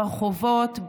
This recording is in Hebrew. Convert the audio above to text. ברחובות,